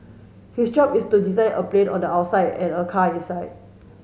his job is to design a plane on the outside and a car inside